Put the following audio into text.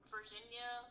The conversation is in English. Virginia